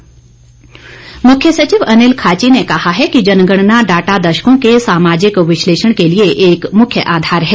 मुख्य सचिव मुख्य सचिव अनिल खाची ने कहा है कि जनगणना डाटा दशकों के सामाजिक विश्लेषण के लिए एक मुख्य आधार है